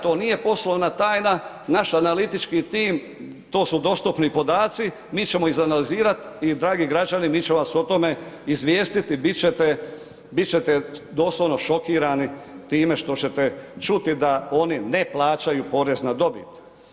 To nije poslovna tajna, naš analitički tim, to su dostupni podaci, mi ćemo izanalizirati i dragi građani, mi ćemo vas o tome izvijestiti, bit ćete doslovno šokirani time što ćete čuti da oni ne plaćaju porez na dobit.